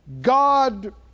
God